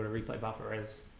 and replay buffer is